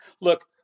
look